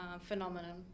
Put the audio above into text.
phenomenon